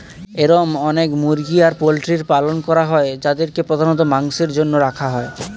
এরম অনেক মুরগি আর পোল্ট্রির পালন করা হয় যাদেরকে প্রধানত মাংসের জন্য রাখা হয়